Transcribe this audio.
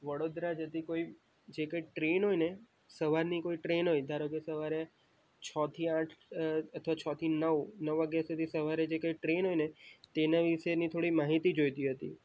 વડોદરા જતી કોઈ જે કંઈ ટ્રેન હોયને સવારની કોઈ ટ્રેન હોય ધારો કે સવારે છ થી આઠ અથવા છ થી નવ નવ વાગ્યા સુધી સવારે જે કંઈ ટ્રેન હોય ને તેના વિશેની થોડી માહિતી જોઈતી હતી